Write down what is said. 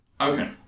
Okay